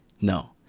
No